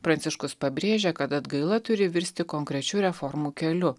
pranciškus pabrėžė kad atgaila turi virsti konkrečių reformų keliu